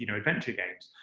you know adventure games.